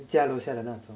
你家楼下的那种